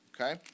Okay